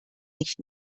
nicht